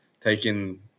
taking